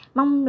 Mong